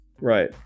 right